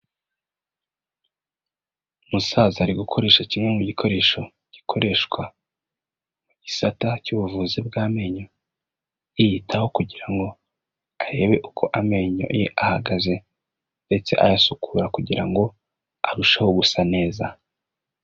Umusaza ari gukoresha kimwe mu gikoresho gikoreshwa, gisata cy'ubuvuzi bw'amenyo yitaho kugira ngo arebe uko amenyo ye ahagaze ndetse ayasukura kugira ngo arusheho ubu gusa neza.